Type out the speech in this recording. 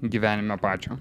gyvenime pačio